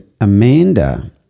Amanda